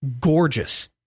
gorgeous